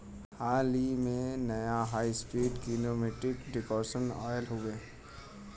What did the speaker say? हाल ही में, नया high speed kinematic decortication oil हउवे